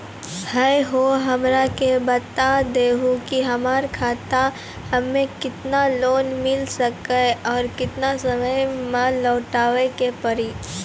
है हो हमरा के बता दहु की हमार खाता हम्मे केतना लोन मिल सकने और केतना समय मैं लौटाए के पड़ी?